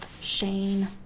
Shane